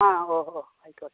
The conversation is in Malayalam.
ആ ഓ ഓ ആയിക്കോട്ടെ